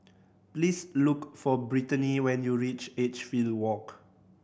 please look for Britany when you reach Edgefield Walk